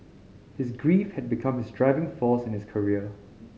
his grief had become his driving force in his career